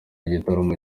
igitaramo